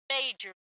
major